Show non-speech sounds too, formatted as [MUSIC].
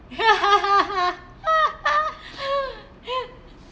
[LAUGHS]